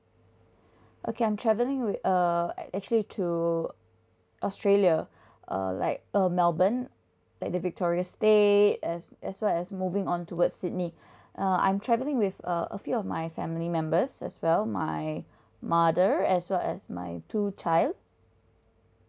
okay I'm travelling with uh actually to australia uh like uh melbourne at the victoria state as well as moving on towards sydney uh I'm travelling with uh a few of my family members as well my mother as well as my two child